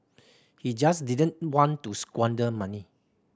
he just didn't want to squander money